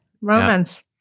Romance